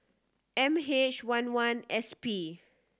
M H one one S P